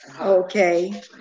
Okay